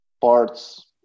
parts